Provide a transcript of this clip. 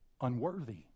unworthy